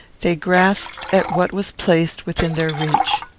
they grasped at what was placed within their reach.